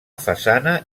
façana